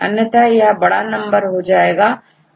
अन्यथायह बहुत बड़ा नंबर हो जाएगा